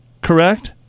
correct